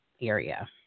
area